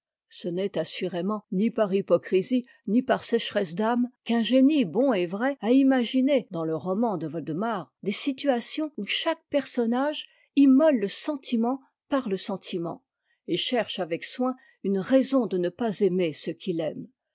ce n'est assurément ni par hypocrisie ni par sécheresse d'âme qu'un génie bon et vrai a imaginé dans le roman de bmemsf des situations où chaque personnage immole le sentiment par le sentiment et cherche avec soin une raison de ne pas aimer ce qu'il aime